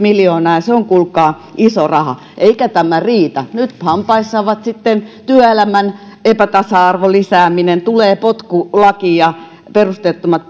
miljoonaa ja se on kuulkaa iso raha eikä tämä riitä nyt hampaissa on sitten työelämän epätasa arvon lisääminen tulee potkulaki ja perusteettomat